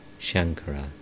Shankara